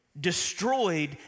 destroyed